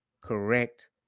correct